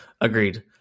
Agreed